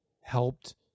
helped